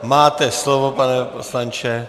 Máte slovo, pane poslanče.